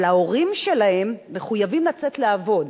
אבל ההורים שלהם מחויבים לצאת לעבוד,